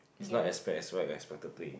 it's not as bad as what you expected to be